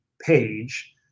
page